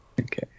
Okay